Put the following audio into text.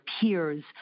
peers